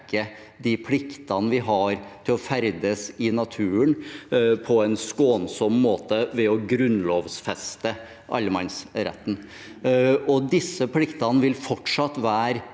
de pliktene vi har til å ferdes i naturen på en skånsom måte, ved å grunnlovfeste allemannsretten. Disse pliktene vil fortsatt være